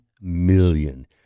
million